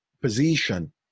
position